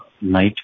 night